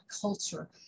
culture